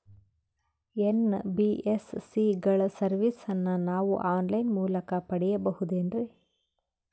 NBSC ಗಳ ಸರ್ವಿಸನ್ನ ನಾವು ಆನ್ ಲೈನ್ ಮೂಲಕ ಪಡೆಯಬಹುದೇನ್ರಿ?